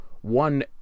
one